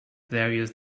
various